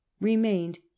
remained